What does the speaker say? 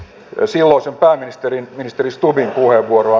no silloisen pääministerin ministeri stubbin puheenvuoroa